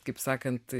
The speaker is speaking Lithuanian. kaip sakant